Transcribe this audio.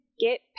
get